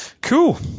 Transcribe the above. Cool